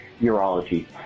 urology